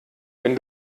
wenn